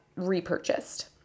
repurchased